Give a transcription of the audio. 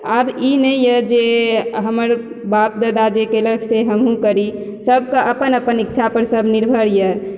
आब ई नहि यऽ जे हमर बाप दादा जे केलक से हमहुँ करी सबके अपन अपन इच्छा पर सब निर्भर यऽ